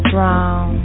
Drown